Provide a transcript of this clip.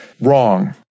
wrong